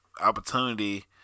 opportunity